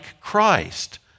Christ